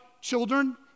children